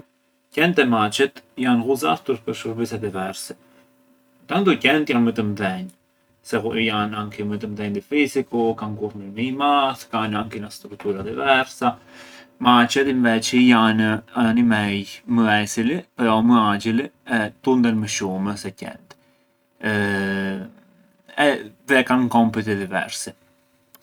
Qent e maçet janë ghuzartur pë shurbise diversi. Intantu qent janë më të mdhenjë, se janë anki më të mdhenj dhi fisiku, kanë kurmin më i madh, kanë anki na strutura diversa, maçet inveçi janë animej më esili, jo, më axhili e tunden më shumë se qent dhe kanë kompiti diversi.